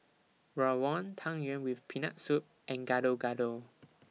Rawon Tang Yuen with Peanut Soup and Gado Gado